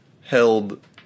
held